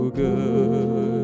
good